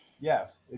Yes